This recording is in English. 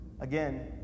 again